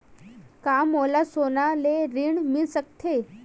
का मोला सोना ले ऋण मिल सकथे?